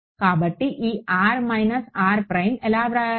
కాబట్టి ఈ r minus r prime ఎలా వ్రాయాలి